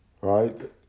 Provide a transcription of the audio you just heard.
right